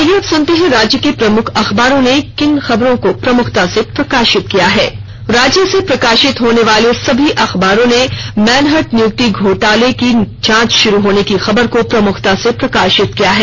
आईये अब सुनते हैं राज्य के प्रमुख अखबारों ने किन खबरों को प्रमुखता से प्रकाशित किया है राज्य से प्रकाशित होने वाले सभी अखबारों ने मैनहर्ट नियुक्ति घोटाले की जांच शुरू होने की खबर को प्रमुखता से प्रकाशित किया है